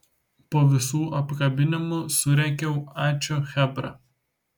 po visų apkabinimų surėkiau ačiū chebra